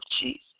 Jesus